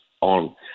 on